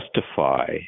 justify